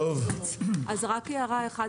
רק הערה אחת